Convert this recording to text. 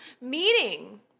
meeting